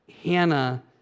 Hannah